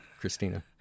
Christina